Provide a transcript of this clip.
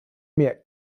mehr